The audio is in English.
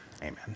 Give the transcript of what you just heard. Amen